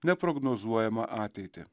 neprognozuojamą ateitį